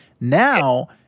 Now